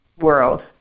world